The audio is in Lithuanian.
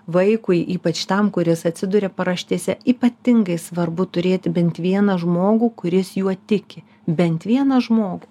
vaikui ypač tam kuris atsiduria paraštėse ypatingai svarbu turėti bent vieną žmogų kuris juo tiki bent vieną žmogų